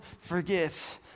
forget